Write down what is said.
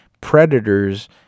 predators